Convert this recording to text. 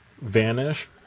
vanish